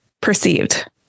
perceived